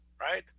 right